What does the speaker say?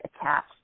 attached